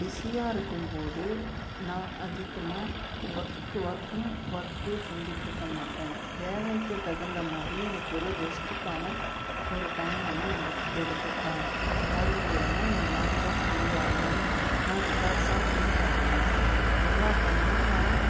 பிஸியாக இருக்கும்போது நான் அதிகமாக வொர்க் வொர்க்னு ஒர்க்கே செஞ்சிட்டுருக்க மாட்டேன் வேலைக்கு தகுந்த மாதிரி எனக்கு ஒரு ரெஸ்ட்டுக்கான ஒரு டைமையும் எடுத்து எடுத்துப்பேன் அது மூலிமா என் மைண்டும் ஃப்ரீ ஆகும் நான் ரிலாக்ஸாக ஃபீல் பண்ணுவேன் எல்லா டைமும் நான்